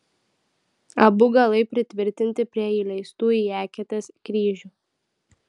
abu galai pritvirtinti prie įleistų į eketes kryžių